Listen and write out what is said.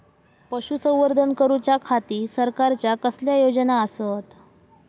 पशुसंवर्धन करूच्या खाती सरकारच्या कसल्या योजना आसत?